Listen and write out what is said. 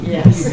Yes